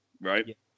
right